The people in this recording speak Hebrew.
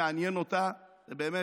ממשלה שמה שמעניין אותה זה באמת,